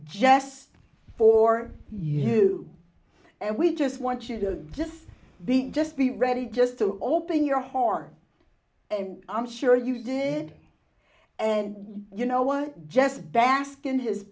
just for you and we just want you to just be just be ready just to open your heart and i'm sure you did and you know what just bask in his